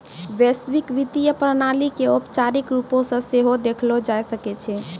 वैश्विक वित्तीय प्रणाली के औपचारिक रुपो से सेहो देखलो जाय सकै छै